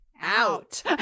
out